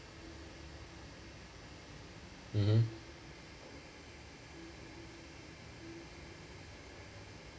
mmhmm